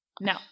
No